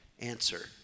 Answer